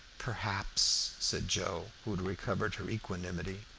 perhaps, said joe, who had recovered her equanimity,